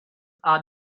are